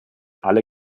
alle